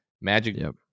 Magic